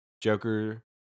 Joker